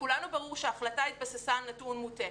לכולנו ברור שההחלטה התבססה על נתון מוטעה.